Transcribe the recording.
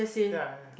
ya ya